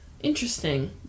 Interesting